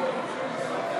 בעת